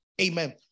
Amen